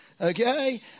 okay